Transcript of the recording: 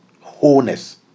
wholeness